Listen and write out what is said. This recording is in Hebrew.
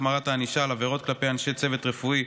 החמרת הענישה על עבירות כפי אנשי צוות רפואי),